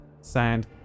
sand